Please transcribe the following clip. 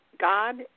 God